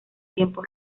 tiempos